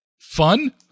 fun